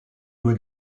due